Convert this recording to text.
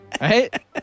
Right